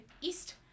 east